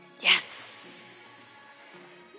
Yes